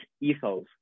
ethos